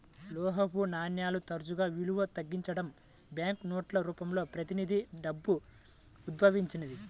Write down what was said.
లోహపు నాణేలు తరచుగా విలువ తగ్గించబడటం, బ్యాంకు నోట్ల రూపంలో ప్రతినిధి డబ్బు ఉద్భవించింది